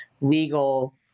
legal